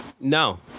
No